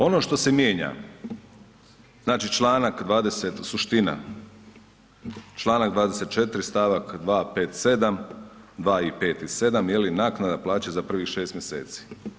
Ono što se mijenja, znači članak 20., suština, članak 24. stavak 2., 5., 7., 2 i 5 i 7 je li, naknada plaće za prvih 6 mjeseci.